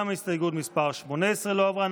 גם הסתייגות מס' 18 לא עברה.